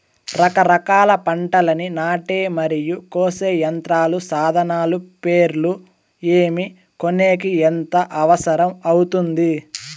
రకరకాల పంటలని నాటే మరియు కోసే యంత్రాలు, సాధనాలు పేర్లు ఏమి, కొనేకి ఎంత అవసరం అవుతుంది?